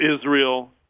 Israel